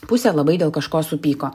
pusė labai dėl kažko supyko